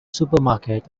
supermarket